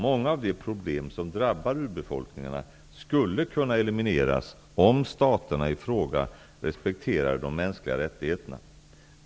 Många av de problem som drabbar urbefolkningarna skulle kunna elimineras om staterna i fråga respekterade de mänskliga rättigheterna.